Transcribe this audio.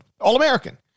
All-American